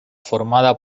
formada